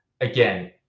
Again